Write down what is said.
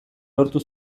lortu